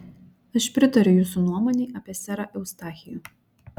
aš pritariu jūsų nuomonei apie serą eustachijų